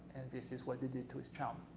this is what they did to his child.